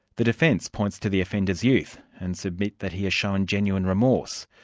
the defence points to the offender's youth, and submit that he has shown genuine remorse.